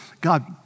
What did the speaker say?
God